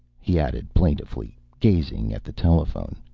he added plaintively, gazing at the telephone.